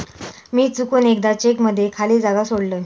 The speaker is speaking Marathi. मी चुकून एकदा चेक मध्ये खाली जागा सोडलय